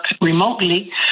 remotely